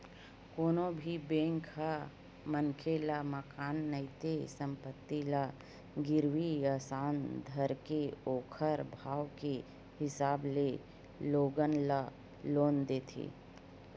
कोनो भी बेंक ह मनखे ल मकान नइते संपत्ति ल गिरवी असन धरके ओखर भाव के हिसाब ले लोगन ल लोन देथे